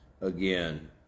again